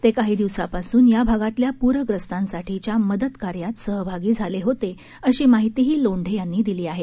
ते काही दिवसांपासून या भागातल्या पूरग्रस्तांसाठीच्या मदत कार्यात सहभागी झाले होते अशी माहितीही लोंढे यांनी दिली आहे